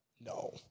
No